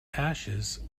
ashes